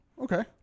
Okay